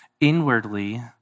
inwardly